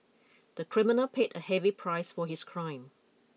the criminal paid a heavy price for his crime